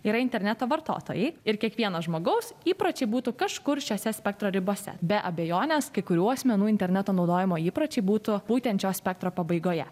yra interneto vartotojai ir kiekvieno žmogaus įpročiai būtų kažkur šiose spektro ribose be abejonės kai kurių asmenų interneto naudojimo įpročiai būtų būtent šio spektro pabaigoje